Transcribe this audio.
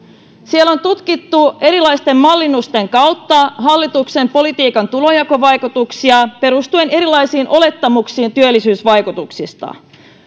siellä on tutkittu erilaisten mallinnusten kautta hallituksen politiikan tulonjakovaikutuksia perustuen erilaisiin olettamuksiin työllisyysvaikutuksista